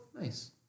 nice